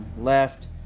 left